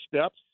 steps